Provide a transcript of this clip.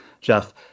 Jeff